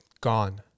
gone